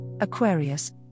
Aquarius